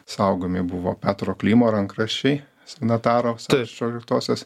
saugomi buvo petro klimo rankraščiai signataro šešioliktosios